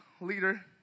leader